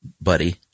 buddy